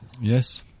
yes